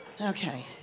Okay